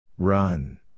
Run